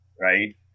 right